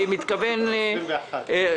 הכנסת העשרים-ואחת.